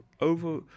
over